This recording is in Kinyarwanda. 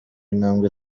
intambwe